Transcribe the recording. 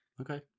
okay